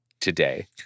today